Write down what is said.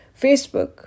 Facebook